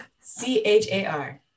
C-H-A-R